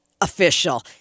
official